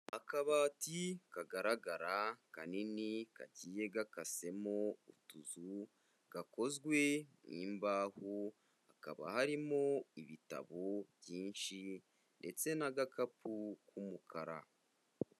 Akabati kagaragara kanini kagiye kasemo utuzu, gakozwe mu imbaho, hakaba harimo ibitabo byinshi ndetse n'agakapu k'umukara.